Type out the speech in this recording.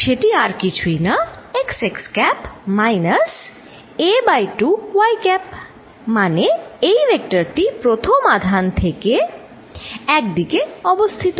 সেটি আর কিছুই না xx cap minus a by 2 y cap মানে এই ভেক্টর টি প্রথম আধান থেকে এক দিকে অবস্থিত